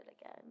again